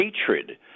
hatred